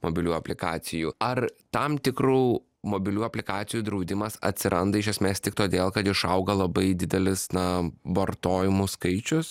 mobilių aplikacijų ar tam tikrų mobilių aplikacijų draudimas atsiranda iš esmės tik todėl kad išaugo labai didelis na vartojimų skaičius